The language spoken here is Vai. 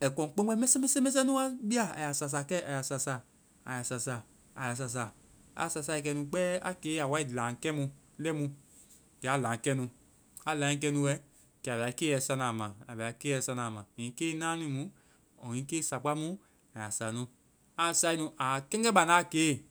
Ai kɔŋkpɛŋgbɛ mɛsɛmɛsɛ nu wa bia. A ya sa sa kɛ, aya sa sa, aya sa sa, aya sa sa. A sa sae kɛnu kpɛɛ, a woa ai laŋ kɛ mu-lɛi mu, kɛ aa laŋ kɛnu. Aa laŋ kɛnu wɛ, kɛ a bɛ a keiyɛ sa naa ma. A bɛ a keiyɛ sa naa ma. Hiŋi kei náani mu, hiŋi kei sakpá mu, a ya sa nu. Aa sae nu, a kɛŋgɛ bandaa ke,